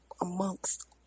amongst